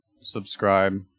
subscribe